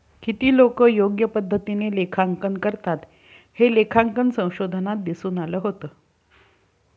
किती लोकं योग्य पद्धतीने लेखांकन करतात, हे लेखांकन संशोधनात दिसून आलं होतं